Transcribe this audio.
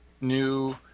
new